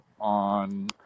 on